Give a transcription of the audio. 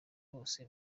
bose